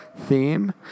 theme